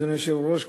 אדוני היושב-ראש,